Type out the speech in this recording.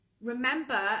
remember